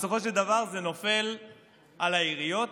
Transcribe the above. בסופו של דבר זה נופל על העיריות,